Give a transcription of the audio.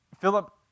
Philip